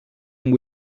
amb